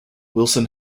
wilson